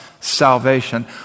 salvation